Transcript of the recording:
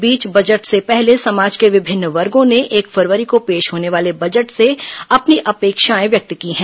इस बीच बजट से पहले समाज के विभिन्न वर्गों ने एक फरवरी को पेश होने वाले बजट से अपनी अपेक्षाएं व्यक्त की हैं